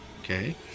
Okay